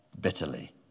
bitterly